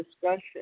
discussion